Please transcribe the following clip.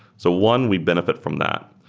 so one, we benefit from that.